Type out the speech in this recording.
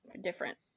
different